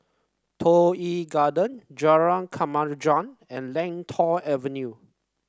Toh Yi Garden Jalan Kemajuan and Lentor Avenue